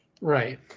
Right